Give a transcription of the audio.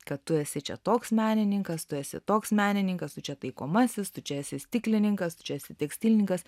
kad tu esi čia toks menininkas tu esi toks menininkas tu čia taikomasis tu čia esi stiklininkas čia esi tekstilininkas